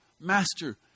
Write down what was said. Master